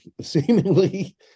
seemingly